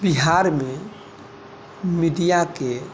बिहारमे मीडियाके